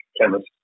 chemist